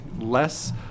less